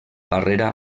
barrera